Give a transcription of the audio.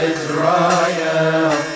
Israel